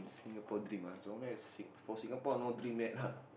Singapore dream ah so only at for Singapore no dream yet lah